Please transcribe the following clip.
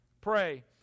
pray